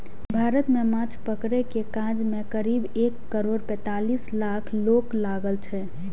भारत मे माछ पकड़ै के काज मे करीब एक करोड़ पैंतालीस लाख लोक लागल छै